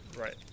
Right